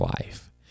life